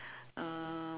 uh